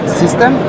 system